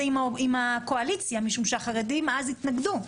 עם הקואליציה משום שהחרדים אז התנגדו,